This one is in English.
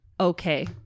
okay